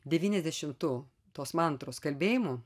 devyniasdešimtu tos mantros kalbėjimu